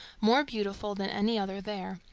more beautiful than any other there,